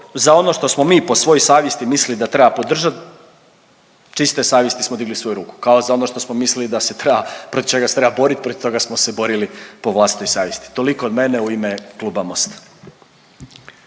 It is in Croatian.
za ono što smo mi po svojoj savjesti mislili da treba podržat, čiste savjesti smo digli svoju ruku. Kao za ono što smo mislili da se treba, protiv čega se treba borit, protiv toga smo se borili po vlastitoj savjesti. Toliko od mene u ime kluba Mosta.